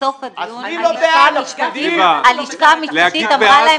בסוף הדיון הלשכה המשפטית אמרה להם שאין להם סמכות.